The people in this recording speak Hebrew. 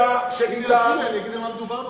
אם יורשה לי, אני אגיד במה מדובר.